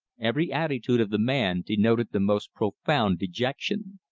every attitude of the man denoted the most profound dejection.